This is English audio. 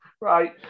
right